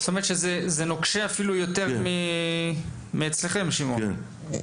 זאת אומרת שזה נוקשה אפילו יותר מאצלכם, שמעון.